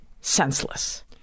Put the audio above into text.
Senseless